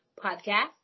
podcast